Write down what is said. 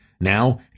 Now